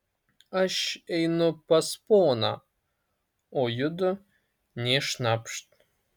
aš einu pas poną o judu nė šnapšt